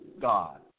God